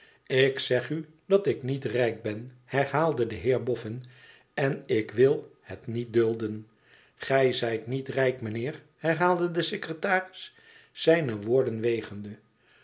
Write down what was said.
ik zeg u dat ik niet rijk ben herhaalde de heer boffin en ik wil het niet dulden gij zijt niet rijk mijnheer herhaalde de secretaris zijne woorden wegende